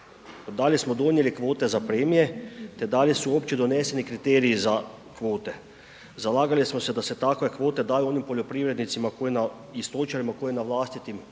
Da li smo donijeli kvote za premije te da li su uopće doneseni kriteriji za kvote? Zalagali smo se da se takve kvote daju onim poljoprivrednicima koje na i stočarima koji na vlastitim